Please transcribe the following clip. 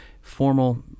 formal